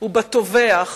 הן בטובח